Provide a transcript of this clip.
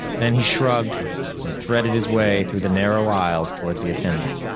then he shrugged and threaded his way through the narrow aisles toward the attendant.